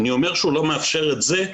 אני אומר שהוא לא מאפשר את זה,